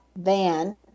van